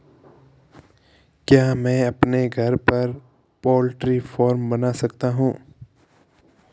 क्या मैं अपने घर पर पोल्ट्री फार्म बना सकता हूँ?